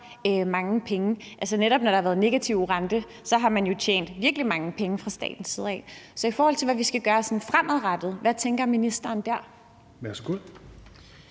mange penge. Altså, netop når der har været negativ rente, har man jo tjent virkelig mange penge fra statens side. Så i forhold til hvad vi skal gøre sådan fremadrettet, hvad tænker ministeren der? Kl.